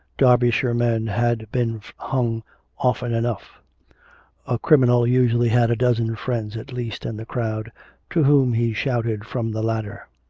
derbyshire men had been hung often enough a criminal usually had a dozen friends at least in the crowd to whom he shouted from the ladder.